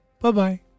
Bye-bye